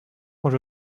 quand